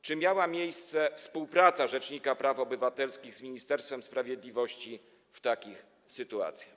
Czy miała miejsce współpraca rzecznika praw obywatelskich z Ministerstwem Sprawiedliwości w takich sytuacjach?